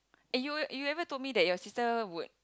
eh you you ever told me that your sister would